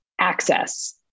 access